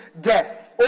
death